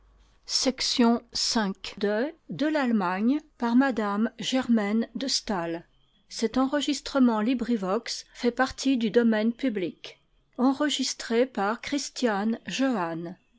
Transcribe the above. de m de